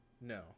no